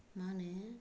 मा होनो